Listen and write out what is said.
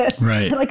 Right